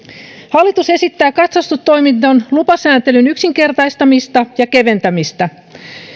hallitus esittää katsastustoiminnan lupasääntelyn yksinkertaistamista ja keventämistä